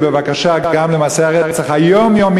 אבל תגיד את זה בבקשה גם על מעשי הרצח היומיומיים,